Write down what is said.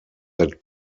that